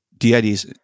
DIDs